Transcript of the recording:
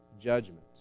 judgment